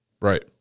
Right